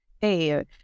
hey